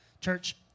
Church